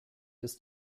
ist